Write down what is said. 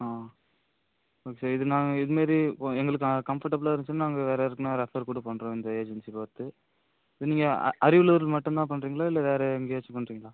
ஆ okay இது நான் இதுமாரி கொ எங்களுக்கு ஆ கம்ஃபர்டபுளாக இருந்துச்சுன்னா நாங்கள் வேறு யாருக்குன்னா ரெஃபர் கூட பண்ணுறோம் இந்த ஏஜென்சிக்கோத்து இப்போ நீங்கள் அரியலூர் மட்டும்தான் பண்ணுறிங்களா இல்லை வேறு எங்கேயாச்சும் பண்ணுறிங்களா